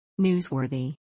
Newsworthy